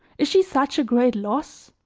is she such a great loss?